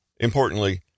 Importantly